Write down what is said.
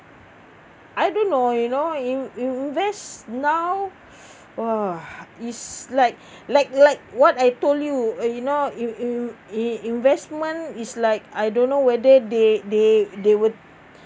I don't know you know you you invest now !wah! is like like like what I told you and you know you in~ in~ investment is like I don't know whether they they they would